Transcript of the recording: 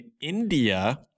India